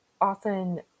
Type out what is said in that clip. often